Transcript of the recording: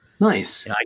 Nice